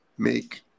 Make